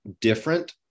different